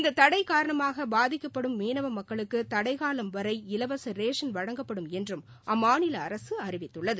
இந்த தடை காரணமாக பாதிக்கப்படும் மீனவ மக்களுக்கு தடை காலம் வரை இலவச ரேஷன் வழங்கப்படும் என்றும் அம்மாநில அரசு அறிவித்துள்ளது